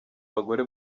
bagore